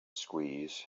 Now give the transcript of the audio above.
squeezed